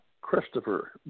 Christopher